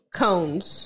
cones